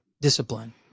discipline